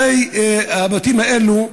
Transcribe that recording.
הרי הבתים האלה,